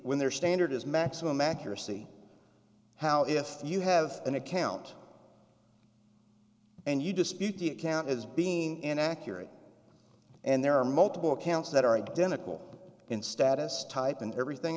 when their standard is maximum accuracy how if you have an account and you dispute the account as being inaccurate and there are multiple accounts that are identical in status type and everything